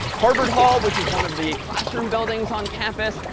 harvard hall, which is one of the classroom buildings on campus,